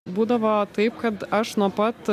būdavo taip kad aš nuo pat